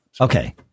Okay